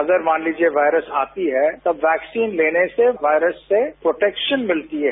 अगर मान लीजिये वायरस आती है तो वैक्सीन लेने से वायरस से प्रोटैक्शन मिलती है